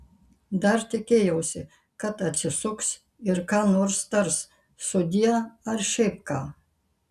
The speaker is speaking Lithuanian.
dar tikėjausi kad atsisuks ir ką nors tars sudie ar šiaip ką